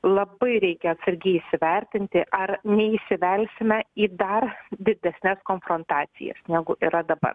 labai reikia atsargiai įsivertinti ar neįsivelsime į dar didesnes konfrontacijas negu yra dabar